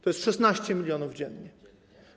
To jest 16 mln dziennie.